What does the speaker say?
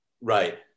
right